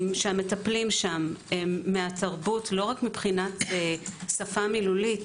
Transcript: שהמטפלים שם הם מהתרבות לא רק מבחינת שפה מילולית,